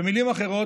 במילים אחרות,